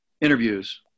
interviews